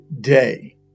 day